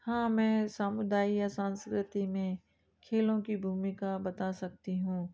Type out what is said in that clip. हाँ मैं समुदाय या संस्कृति में खेलों की भूमिका बता सकती हूँ